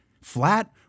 flat